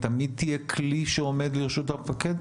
כלומר, היא תמיד תהיה כלי שעומד לרשות המפקד?